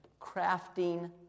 Crafting